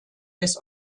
des